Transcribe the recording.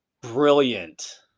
Brilliant